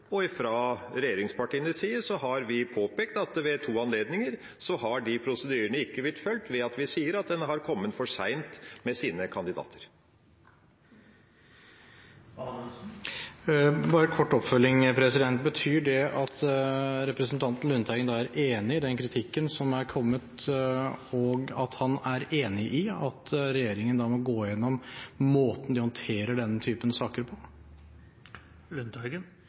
regjeringspartienes side har vi påpekt at ved to anledninger har prosedyrene ikke blitt fulgt, ved at vi sier at en har kommet for seint med sine kandidater. Bare en kort oppfølging: Betyr det da at representanten Lundteigen er enig i den kritikken som er kommet, og at han er enig i at regjeringen må gå igjennom måten de håndterer denne typen saker på?